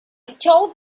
taught